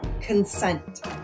consent